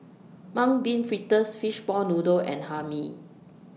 Mung Bean Fritters Fishball Noodle and Hae Mee